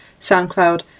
SoundCloud